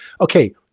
okay